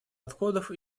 отходов